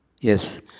Yes